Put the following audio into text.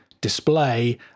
display